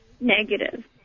negative